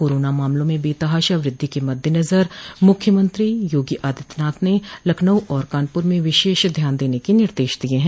corona मामलों में बेतहाशा वृद्धि के मद्देनजर मूख्यमंत्री योगी आदित्यनाथ ने लखनऊ और कानपुर में विशेष ध्यान देने के निर्देश दिए हैं